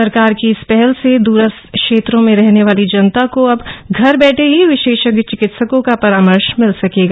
सरकार की इस पहल से दूरस्थ क्षेत्रों में रहने वाली जनता को अब घर बैठे ही विशेषज्ञ चिकित्सको का परामर्श मिल सकेगा